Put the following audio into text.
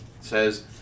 says